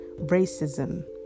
racism